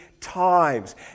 times